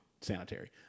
sanitary